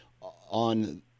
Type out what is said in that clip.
on